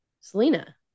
Selena